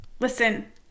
Listen